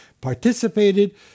participated